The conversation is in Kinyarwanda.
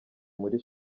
muri